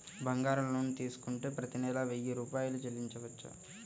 బంగారం లోన్ తీసుకుంటే ప్రతి నెల వెయ్యి రూపాయలు చెల్లించవచ్చా?